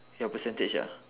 your percentage ah